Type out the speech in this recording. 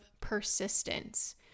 persistence